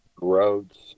Roads